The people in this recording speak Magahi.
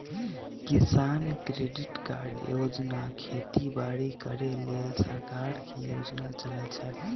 किसान क्रेडिट कार्ड योजना खेती बाड़ी करे लेल सरकार के योजना चलै छै